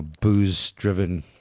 booze-driven